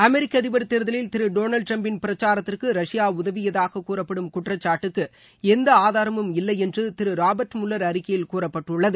அமெரிக்க அதிபர் தேர்தலில் Thiru Donald Trump பிரச்சாரத்திற்கு ரஷ்யா உதவியதாக கூறப்படும் குற்றச்சாட்டுக்கு எந்த ஆதராமும் இல்லை என்று திரு ராபர்ட் முல்லர் அறிக்கையில் கூறப்பட்டுள்ளது